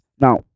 now